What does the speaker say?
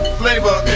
flavor